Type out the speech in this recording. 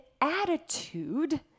attitude